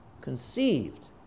Conceived